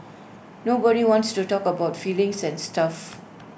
nobody wants to talk about feelings and stuff